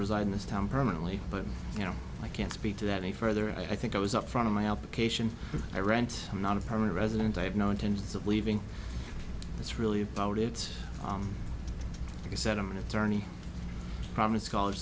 reside in this town permanently but you know i can't speak to that a further i think i was up front of my application i rent i'm not a permanent resident i have no intentions of leaving that's really about it he said i'm an attorney promise college